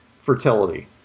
fertility